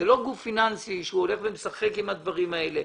זה לא גוף פיננסי שהולך ומשחק עם הדברים האלה.